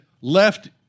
left